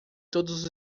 todos